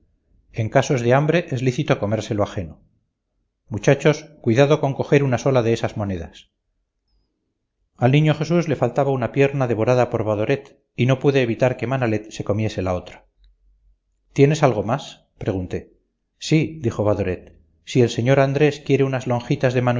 en casos de hambre es lícito comerse lo ajeno muchachos cuidado con coger una sola de esas monedas al niño jesús le faltaba una pierna devorada por badoret y no pude evitar que manalet se comiese la otra tienes algo más pregunté sí dijo badoret si el sr andrés quiere unas lonjitas de